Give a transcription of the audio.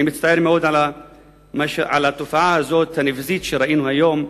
אני מצטער מאוד על התופעה הנבזית שראינו היום.